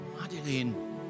Madeline